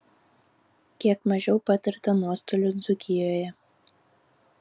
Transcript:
kiek mažiau patirta nuostolių dzūkijoje